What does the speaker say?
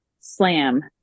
slam